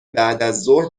بعدازظهر